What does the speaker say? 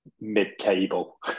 mid-table